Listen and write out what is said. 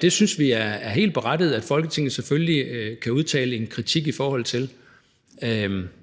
det er helt berettiget at Folketinget kan udtale en kritik i forhold til.